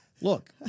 look